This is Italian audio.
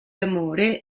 amore